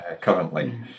Currently